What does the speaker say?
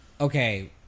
Okay